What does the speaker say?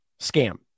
scam